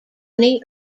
honey